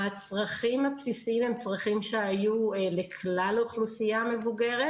הצרכים הבסיסיים הם צרכים שהיו לכלל האוכלוסייה המבוגרת.